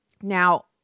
now